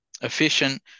efficient